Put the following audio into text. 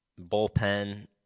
bullpen